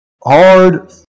hard